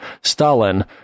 Stalin